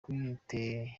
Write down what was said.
witegeye